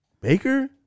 Baker